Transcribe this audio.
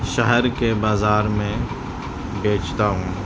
شہر کے بازار میں بیچتا ہوں